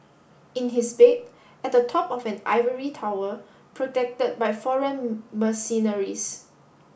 in his bed at the top of an ivory tower protected by foreign mercenaries